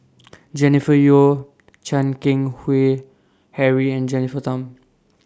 Jennifer Yeo Chan Keng Howe Harry and Jennifer Tham